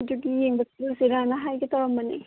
ꯑꯗꯨꯒꯤ ꯌꯦꯡꯕ ꯆꯠꯂꯨꯁꯤꯔꯥꯅ ꯍꯥꯏꯒꯦ ꯇꯧꯔꯝꯕꯅꯤ